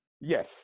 Yes